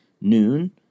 noon